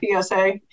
PSA